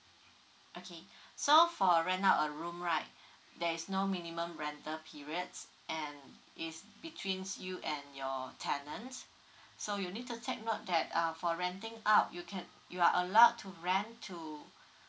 okay so for rent out a room right there is no minimum rental periods and is between you and your tenants so you need to take note that uh for renting up you can you are allowed to rent to